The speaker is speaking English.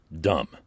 dumb